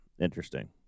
Interesting